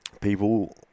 People